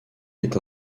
est